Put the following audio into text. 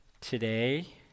today